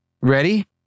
Ready